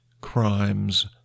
crimes